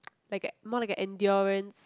like a more like a endurance